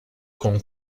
con